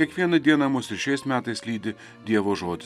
kiekvieną dieną mus ir šiais metais lydi dievo žodis